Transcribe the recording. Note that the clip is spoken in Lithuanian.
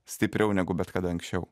stipriau negu bet kada anksčiau